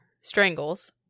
strangles